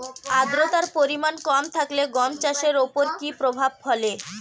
আদ্রতার পরিমাণ কম থাকলে গম চাষের ওপর কী প্রভাব ফেলে?